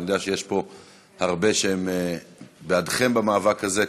אני יודע שיש פה הרבה שהם בעדכם במאבק הזה,